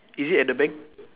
is it at the bank